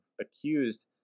accused